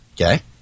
Okay